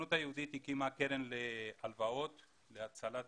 הסוכנות היהודית הקימה קרן להלוואות להצלה,